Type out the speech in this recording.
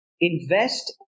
invest